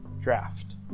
draft